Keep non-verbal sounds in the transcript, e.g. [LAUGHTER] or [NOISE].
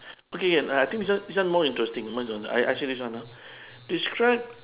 okay [NOISE] I think this one this one more interesting more interesting I ask you this one ah describe